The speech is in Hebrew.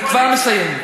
אני כבר מסיים.